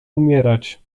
umierać